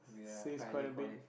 says quite a bit